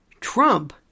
Trump